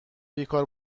بیکار